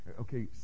okay